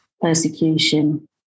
persecution